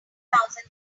thousand